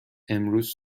امروز